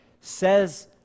says